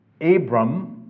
Abram